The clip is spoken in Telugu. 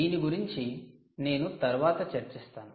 దీని గురించి నేను తరువాత చర్చిస్తాను